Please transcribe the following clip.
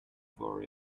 for